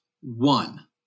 one